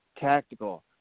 tactical